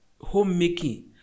homemaking